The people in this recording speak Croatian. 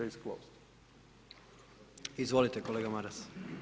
Izvolite kolega Maras.